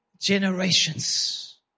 generations